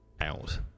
out